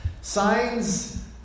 Signs